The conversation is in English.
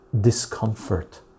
discomfort